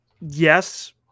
Yes